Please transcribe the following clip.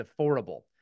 affordable